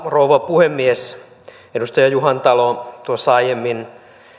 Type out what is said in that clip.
rouva puhemies edustaja juhantalo tuossa aiemmin